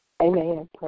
Amen